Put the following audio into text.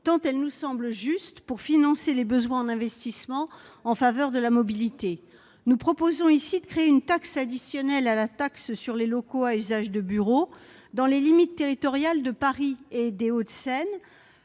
tant elle nous semble juste pour financer les besoins en investissements en faveur de la mobilité. Nous proposons de créer une taxe additionnelle à la taxe sur les locaux à usage de bureaux, dans les limites territoriales de Paris et des Hauts-de-Seine.